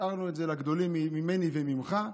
השארנו את זה לגדולים ממני וממך,